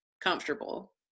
comfortable